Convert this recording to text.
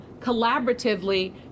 collaboratively